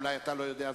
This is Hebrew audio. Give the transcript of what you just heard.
אולי אתה לא יודע זאת.